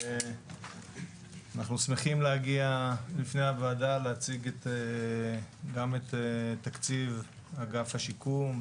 אנחנו שמחים להגיע לפני הוועדה להציג גם את תקציב אגף השיקום,